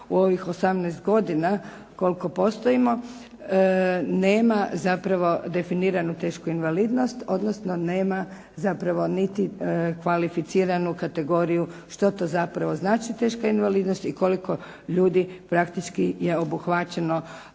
u ovih 18 godina koliko postojimo nema zapravo definiranu tešku invalidnost odnosno nema zapravo niti kvalificiranu kategoriju što to zapravo znači teška invalidnost i koliko ljudi praktički je obuhvaćeno